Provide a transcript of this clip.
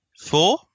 four